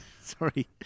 Sorry